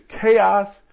chaos